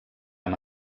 amb